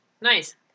Nice